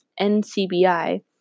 NCBI